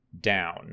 down